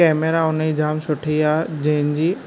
camera हुन जी जाम सुठी आहे जंहिंजी